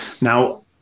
Now